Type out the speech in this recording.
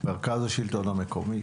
מרכז השלטון המקומי,